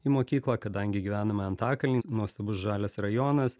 į mokyklą kadangi gyvename antakalny nuostabus žalias rajonas